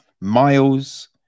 Miles